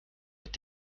mit